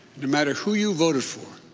no matter who you voted for,